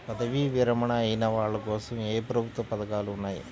పదవీ విరమణ అయిన వాళ్లకోసం ఏ ప్రభుత్వ పథకాలు ఉన్నాయి?